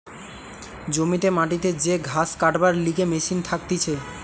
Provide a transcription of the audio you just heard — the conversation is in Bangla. জমিতে মাটিতে যে ঘাস কাটবার লিগে মেশিন থাকতিছে